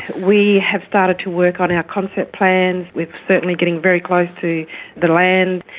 we have started to work on our concept plans. we are certainly getting very close to the the land.